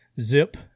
zip